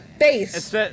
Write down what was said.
face